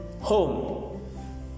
home